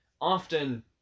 Often